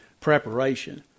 preparation